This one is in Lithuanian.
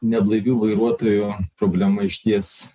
neblaivių vairuotojų problema išties